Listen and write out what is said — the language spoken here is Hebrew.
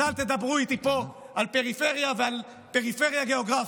אז אל תדברו איתי פה על פריפריה ועל פריפריה גיאוגרפית.